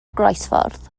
groesffordd